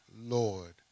Lord